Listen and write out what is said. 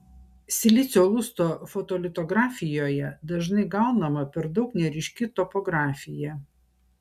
silicio lusto fotolitografijoje dažnai gaunama per daug neryški topografija